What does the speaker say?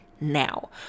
now